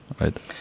Right